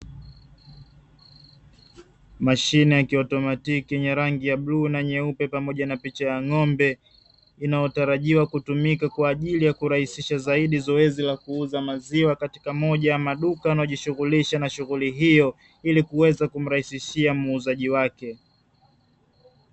Mashine ya kiautomatiki, yenye rangi ya bluu na nyeupe, pamoja na picha ya ng’ombe, inayotarajiwa kutumika kwa ajili ya kurahisisha zaidi zoezi la kuuza maziwa katika moja ya maduka, na yanayojishughulisha na shughuli hiyo ili kuweza kumrahisishia muuzaji wake.